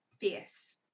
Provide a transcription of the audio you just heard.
fierce